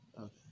Okay